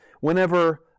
whenever